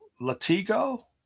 Latigo